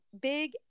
big